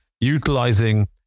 utilizing